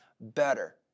better